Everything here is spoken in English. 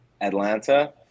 Atlanta